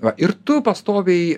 va ir tu pastoviai